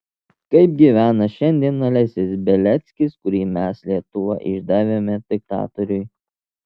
kaip gyvena šiandien alesis beliackis kurį mes lietuva išdavėme diktatoriui